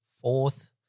fourth